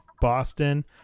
Boston